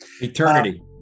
Eternity